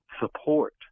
support